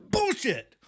Bullshit